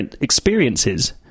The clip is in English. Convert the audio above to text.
experiences